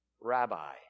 Rabbi